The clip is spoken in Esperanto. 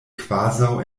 kvazaŭ